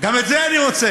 גם את זה אני רוצה,